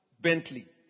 Bentley